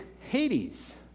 Hades